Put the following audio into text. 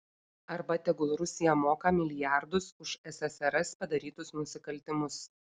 arba tegul rusija moka milijardus už ssrs padarytus nusikaltimus